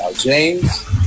James